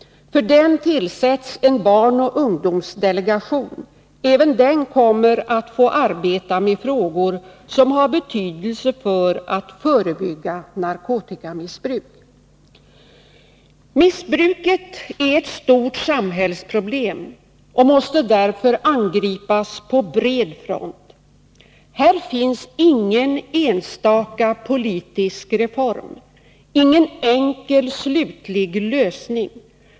För detta område tillsätts en barnoch ungdomsdelegation. Även den kommer att få arbeta med frågor som har betydelse för att förebygga narkotikamissbruk. Missbruket är ett stort samhällsproblem och måste därför angripas på bred front. Här finns ingen enstaka politisk reform, ingen enkel slutlig lösning.